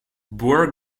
boer